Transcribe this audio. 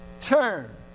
Turn